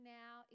now